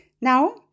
Now